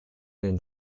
den